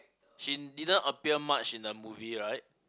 she didn't appear much in the movie right